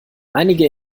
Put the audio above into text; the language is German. einige